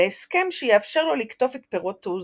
להסכם שיאפשר לו לקטוף את פירות תעוזתו.